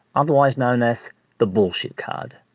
otherwise known as the bullshit card.